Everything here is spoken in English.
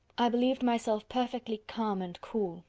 i believed myself perfectly calm and cool,